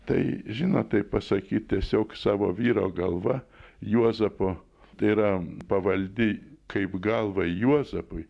tai žinot tai pasakyt tiesiog savo vyro galva juozapo tai yra pavaldi kaip galva juozapui